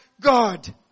God